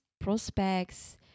prospects